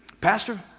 pastor